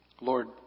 Lord